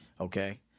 Okay